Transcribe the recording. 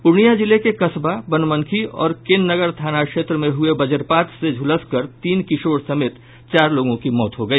पूर्णिया जिले के कसबा बनमनखी और केनगर थाना क्षेत्र में हुये वजपात से झूलसकर तीन किशोर समेत चार लोगों की मौत हो गई